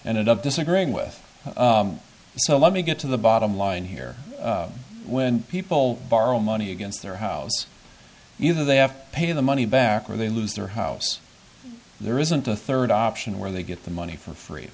ended up disagreeing with you so let me get to the bottom line here when people borrow money against their house either they have to pay the money back or they lose their house there isn't a third option where they get the money for free